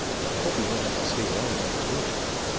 but i hope we won't have to stay long enough to finish them.